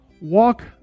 walk